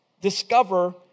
discover